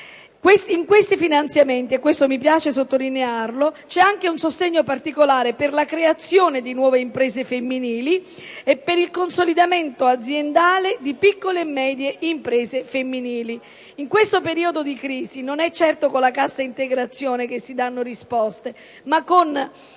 che questi finanziamenti prevedono anche un sostegno particolare per la creazione di nuove imprese femminili e per il consolidamento aziendale di piccole e medie imprese femminili. In questo periodo di crisi non è certo con la cassa integrazione che si danno risposte, ma con